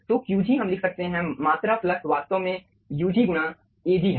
तो Qg हम लिख सकते हैं मात्रा फ्लक्स वास्तव में ug गुणा Ag है